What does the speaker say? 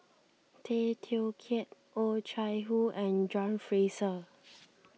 Tay Teow Kiat Oh Chai Hoo and John Fraser